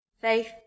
faith